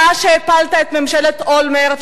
אתה שהפלת את ממשלת אולמרט,